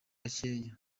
bakeya